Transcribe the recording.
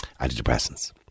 antidepressants